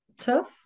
tough